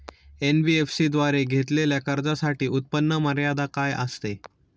NBFC द्वारे घेतलेल्या कर्जासाठी उत्पन्न मर्यादा काय असते?